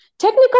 Technical